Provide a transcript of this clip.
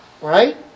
Right